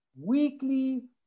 weekly